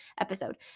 episode